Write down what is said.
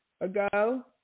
ago